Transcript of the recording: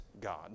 God